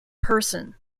person